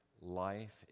life